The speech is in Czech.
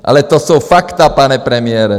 Ale to jsou fakta, pane premiére.